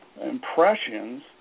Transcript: impressions